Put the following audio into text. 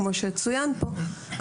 כמו שצוין פה.